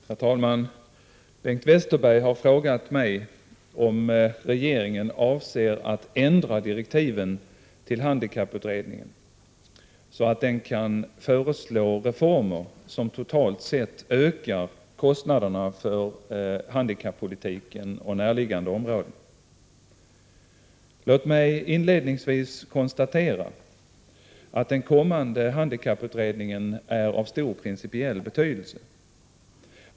Herr talman! Bengt Westerberg har frågat mig om regeringen avser att ändra direktiven till handikapputredningen så att den kan föreslå reformer som totalt sett ökar kostnaderna för handikappolitiken och närliggande områden. Låt mig inledningsvis konstatera att den kommande handikapputredningen är av stor principiell betydelse.